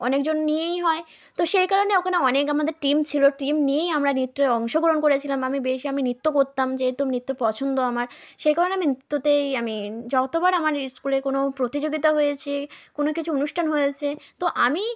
অনেকজন নিয়েই হয় তো সেই কারণে ওকানে অনেক আমাদের টিম ছিলো টিম নিয়েই আমরা নিত্রয়ে অংশগ্রহণ করেছিলাম আমি বেশ আমি নৃত্য করতাম যেহেতু আমি নৃত্য পছন্দ আমার সেই কারণেই আমি নৃত্যতেই আমি যতোবার আমার স্কুলে কোনো প্রতিযোগিতা হয়েছে কোনো কিছু অনুষ্ঠান হয়েছে তো আমি